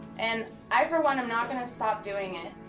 and i for one am not gonna stop doing it